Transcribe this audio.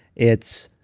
it's